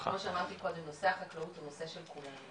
כמו שאמרתי קודם, נושא החקלאות הוא נושא של כולנו.